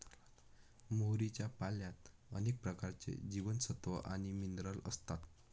मोहरीच्या पाल्यात अनेक प्रकारचे जीवनसत्व आणि मिनरल असतात